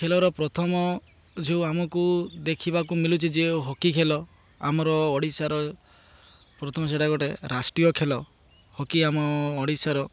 ଖେଳର ପ୍ରଥମ ଯେଉଁ ଆମକୁ ଦେଖିବାକୁ ମିିଳୁଛି ଯେଉଁ ହକି ଖେଳ ଆମର ଓଡ଼ିଶାର ପ୍ରଥମ ସେଟା ଗୋଟେ ରାଷ୍ଟ୍ରୀୟ ଖେଳ ହକି ଆମ ଓଡ଼ିଶାର